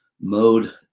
mode